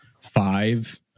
five